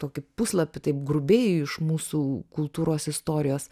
tokį puslapį taip grubiai iš mūsų kultūros istorijos